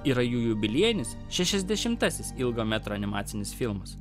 yra jų jubiliejinis šešiasdešimtasis ilgo metro animacinis filmas